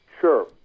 Sure